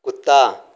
कुत्ता